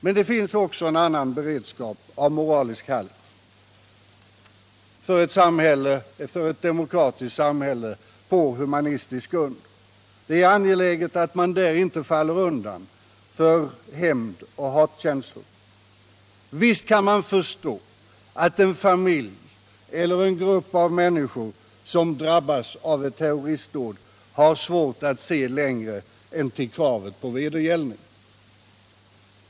Men det finns också en annan beredskap av moralisk halt — för ett demokratiskt samhälle på humanistisk grund. Det är angeläget att man där inte faller undan för hämndoch hatkänslor. Visst kan man förstå att en familj eller en grupp av människor, som drabbas av ett terroristdåd, har svårt att se längre än till kravet på vedergällning.